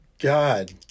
God